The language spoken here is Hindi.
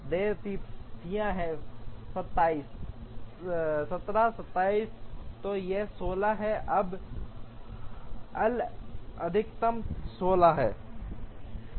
देय तिथियां हैं 27 17 27 तो यह 16 है अब एल अधिकतम 16 है